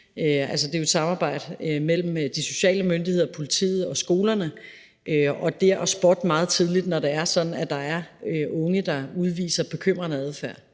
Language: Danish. jo er et samarbejde mellem de sociale myndigheder, politiet og skolerne, er jo sat i verden for meget tidligt at spotte, når der er unge, der udviser bekymrende adfærd.